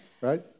right